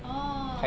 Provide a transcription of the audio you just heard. orh